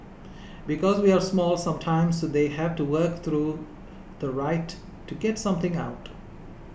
because we are small sometimes they have to work through the right to get something out